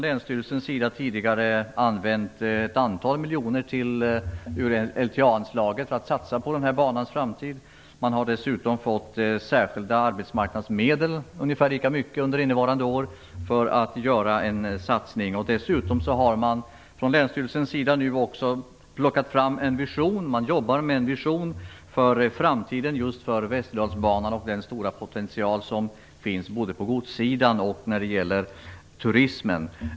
Länsstyrelsen har tidigare använt ett antal miljoner ur LTA-anslaget för att satsa på den här banans framtid. Man har dessutom fått särskilda arbetsmarknadsmedel - ungefär lika mycket under innevarande år - för att göra en satsning. Dessutom har länsstyrelsen nu plockat fram en vision. Man jobbar med en vision för framtiden just för Västerdalsbanan och den stora potential som finns både på godssidan och när det gäller turismen.